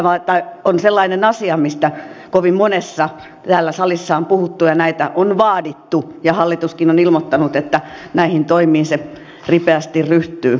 tämä on sellainen asia mistä kovin monesti täällä salissa on puhuttu ja näitä on vaadittu ja hallituskin on ilmoittanut että näihin toimiin se ripeästi ryhtyy